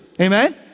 Amen